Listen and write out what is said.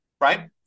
Right